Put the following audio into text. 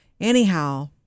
Anyhow